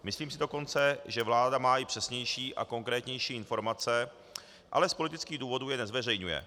Myslím si dokonce, že vláda má i přesnější a konkrétnější informace, ale z politických důvodů je nezveřejňuje.